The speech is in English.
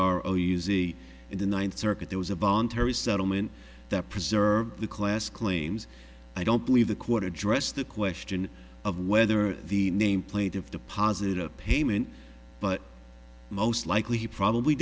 the in the ninth circuit there was a voluntary settlement that preserved the class claims i don't believe the quarter addressed the question of whether the nameplate of deposit or payment but most likely probably